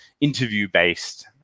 interview-based